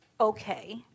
okay